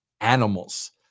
animals